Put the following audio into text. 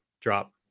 drop